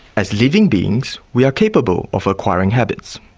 as living beings we are capable of acquiring habits.